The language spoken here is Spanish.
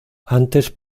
antes